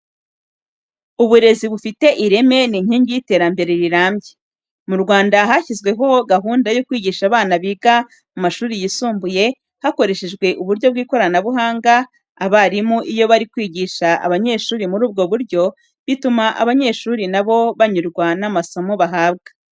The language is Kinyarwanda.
Uburezi bufite ireme ni inkingi y'iterambere rirambye. Mu Rwanda hashyizweho gahunda yo kwigisha abana biga mu mashuri yisumbuye, hakoreshejwe uburyo bw'ikoranabuhanga. Abarimu iyo bari kwigisha abanyesuri muri ubu buryo, bituma abanyeshuri na bo banyurwa n'amasomo bahabwa.